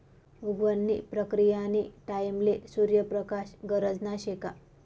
उगवण नी प्रक्रीयानी टाईमले सूर्य प्रकाश गरजना शे का